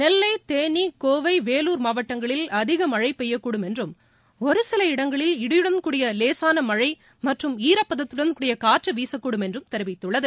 நெல்லை தேனி கோவை வேலூர் மாவட்டங்களில் அதிக மழை பெய்யக்கூடும் என்றும் ஒரு சில இடங்களில் இடியுடன் கூடிய லேசான மழை மற்றும் ஈரப்பதத்துடன் கூடிய காற்று வீசக்கூடும் என்றும் தெரிவித்துள்ளது